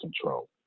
control